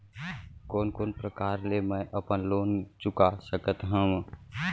कोन कोन प्रकार ले मैं अपन लोन चुका सकत हँव?